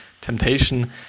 temptation